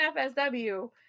fsw